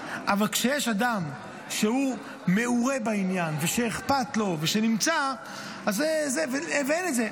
אבל כשיש אדם שהוא מעורה בעניין ושאכפת לו ושנמצא ואין את זה.